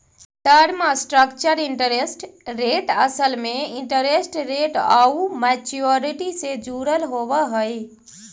term structure interest rate असल में interest rate आउ मैच्योरिटी से जुड़ल होवऽ हई